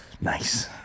Nice